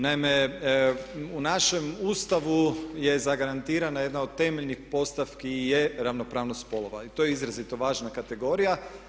Naime, u našem Ustavu je zagarantirana jedna od temeljnih postavki je ravnopravnost spolova i to je izrazito važna kategorija.